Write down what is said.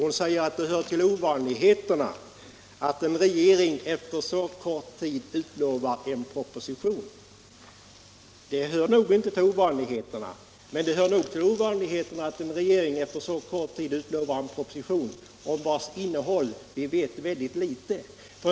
Hon säger att det hör till ovanligheterna att en regering efter så kort tid utlovar en proposition. Det hör nog inte till ovanligheterna, men det hör till ovanligheterna att en regering efter så kort tid utlovar en proposition om vars innehåll vi vet väldigt litet.